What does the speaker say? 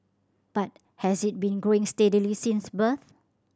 but has it been growing steadily since birth